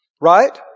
right